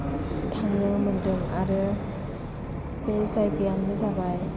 थांनो मोनदों आरो बे जायगायानो जाबाय